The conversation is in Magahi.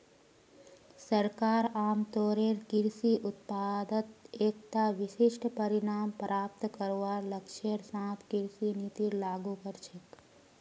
सरकार आमतौरेर कृषि उत्पादत एकता विशिष्ट परिणाम प्राप्त करवार लक्ष्येर साथ कृषि नीतिर लागू कर छेक